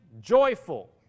joyful